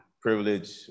privilege